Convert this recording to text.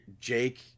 Jake